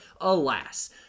alas